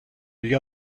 gli